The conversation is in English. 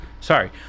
Sorry